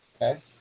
Okay